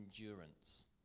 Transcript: endurance